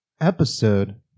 episode